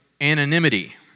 anonymity